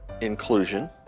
inclusion